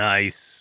Nice